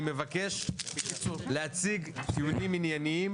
אני מבקש להציג טיעונים ענייניים